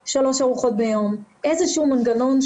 הקטגוריות של הפסיכיאטר המחוזי